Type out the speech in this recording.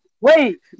Wait